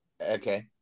Okay